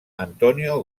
antonio